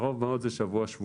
בקרוב מאוד זה שבוע-שבועיים.